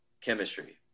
chemistry